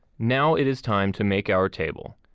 now it is time to make our table.